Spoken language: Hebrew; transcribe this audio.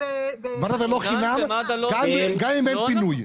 במד"א זה לא חינם, גם אם אין פינוי.